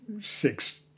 six